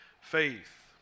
faith